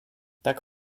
tak